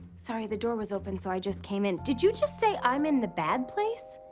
sorry. the door was open, so i just came in. did you just say i'm in the bad place?